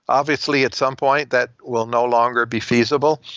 obviously, at some point that will no longer be feasible,